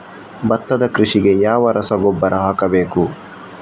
ಭತ್ತದ ಕೃಷಿಗೆ ಯಾವ ರಸಗೊಬ್ಬರ ಹಾಕಬೇಕು?